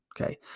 Okay